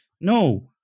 No